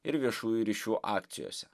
ir viešųjų ryšių akcijose